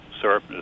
syrup